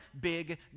big